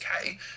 okay